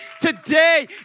Today